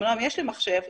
יש לי מחשב,